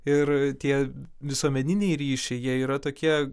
ir tie visuomeniniai ryšiai jie yra tokie